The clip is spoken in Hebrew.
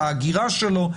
את האגירה שלו,